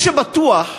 מה שבטוח,